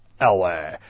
LA